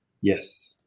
Yes